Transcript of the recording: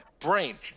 brain